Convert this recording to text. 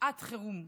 שעת חירום,